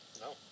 No